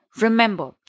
Remember